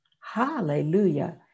Hallelujah